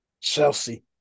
Chelsea